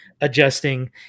adjusting